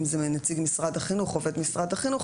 אם זה נציג משרד החינוך עובד משרד החינוך,